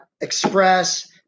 Express